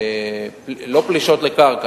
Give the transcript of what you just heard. לא פלישות לקרקע,